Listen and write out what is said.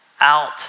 out